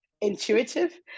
intuitive